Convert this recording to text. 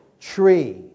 tree